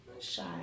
shy